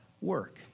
work